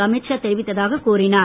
அமீத் ஷா தெரிவித்ததாக கூறினார்